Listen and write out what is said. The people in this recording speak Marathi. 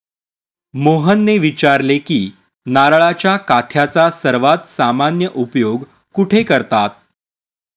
मोहनने विचारले की नारळाच्या काथ्याचा सर्वात सामान्य उपयोग कुठे करतात?